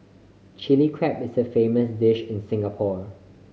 Chilli Crab is a famous dish in Singapore